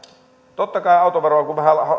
totta kai kun muutettiin vähän